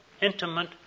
intimate